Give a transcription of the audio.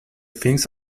things